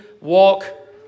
walk